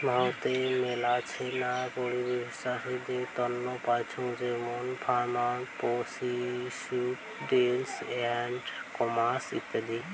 ভারতে মেলাছেন পরিষেবা চাষীদের তন্ন পাইচুঙ যেমন farmer produce trade and commerce ইত্যাদি